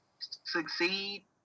succeed